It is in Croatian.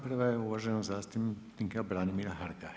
Prva je uvaženog zastupnika Branimira Hrga.